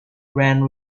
ran